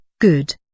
good